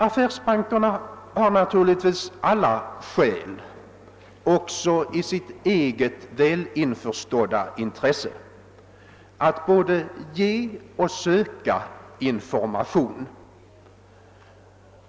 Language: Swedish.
Affärsbankerna har alla skäl, också i sitt eget välinförstådda intresse, ait både ge och söka information.